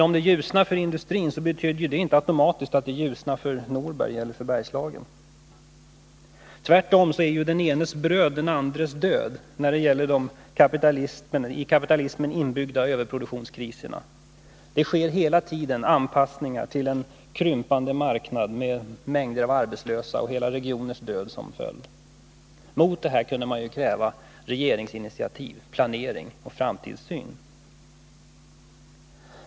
Om det ljusnar för industrin, så betyder ju det inte att det automatiskt ljusnar för Norberg eller för Bergslagen — tvärtom. Den enes bröd är ju den andres död när det gäller de i kapitalismen inbyggda överproduktionskriserna. Det sker hela tiden anpassningar till en krympande marknad med mängder av arbetslösa, och hela regioners död blir följden. Mot det här kunde man kräva regeringsinitiativ, planering och framtidssyn.